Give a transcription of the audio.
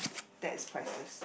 that is priceless